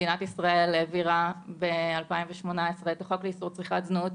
מדינת ישראל העבירה ב-2018 את החוק לאיסור צריכת זנות,